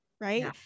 right